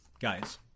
Guys